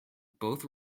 both